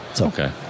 Okay